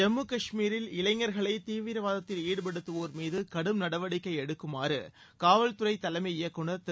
ஜம்மு கஷ்மீரில் இளைஞர்களை தீவிரவாதத்தில் ஈடுபடுத்துவோர்மீது கடும் நடவடிக்கை எடுக்குமாறு காவல்துறை தலைமை இயக்குநர் திரு